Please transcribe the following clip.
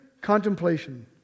contemplation